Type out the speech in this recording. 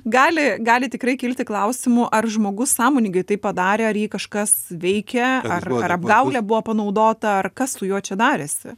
gali gali tikrai kilti klausimų ar žmogus sąmoningai tai padarė ar jį kažkas veikia ar ar apgaulė buvo panaudota ar kas su juo čia darėsi